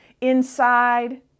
inside